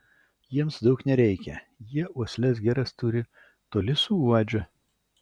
jiems daug nereikia jie uosles geras turi toli suuodžia